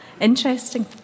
Interesting